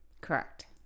Correct